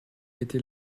été